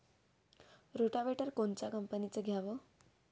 Rotavator कोनच्या कंपनीचं घ्यावं?